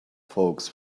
folks